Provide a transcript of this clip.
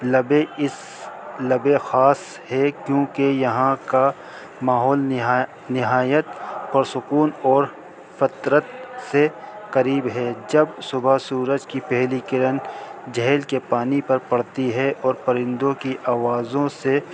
لبے اس لبے خاص ہے کیونکہ یہاں کا ماحولا نہایت پرسکون اور فطرت سے قریب ہے جب صبح سورج کی پہلی کرن جہیل کے پانی پر پڑتی ہے اور پرندوں کی آوازوں سے